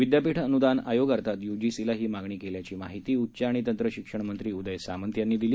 विद्यापीठ अनुदान आयोग अर्थात युजीसीला ही मागणी केल्याची माहिती उच्च व तंत्रशिक्षण मंत्री उदय सामंत यांनी दिली